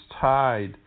tied